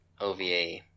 OVA